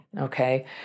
okay